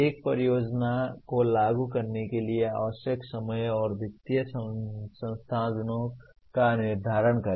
एक परियोजना को लागू करने के लिए आवश्यक समय और वित्तीय संसाधनों का निर्धारण करें